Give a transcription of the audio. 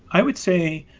i would say,